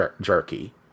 jerky